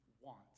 wants